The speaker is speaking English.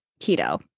keto